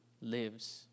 lives